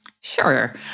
Sure